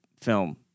film